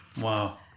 Wow